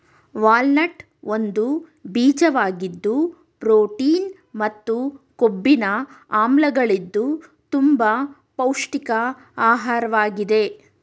walnut ಒಂದು ಬೀಜವಾಗಿದ್ದು protein ಮತ್ತು ಕೊಬ್ಬಿನ ಆಮ್ಲಗಳಿದ್ದು ತುಂಬ ಪೌಷ್ಟಿಕ ಆಹಾರ್ವಾಗಿದೆ